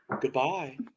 Goodbye